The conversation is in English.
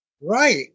Right